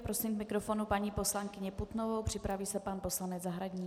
Prosím k mikrofonu paní poslankyni Putnovou, připraví se pan poslanec Zahradník.